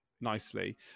nicely